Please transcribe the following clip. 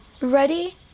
Ready